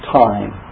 time